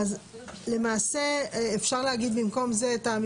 זה ספרים או זה?